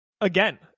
Again